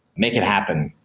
make it happen,